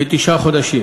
כתשעה חודשים,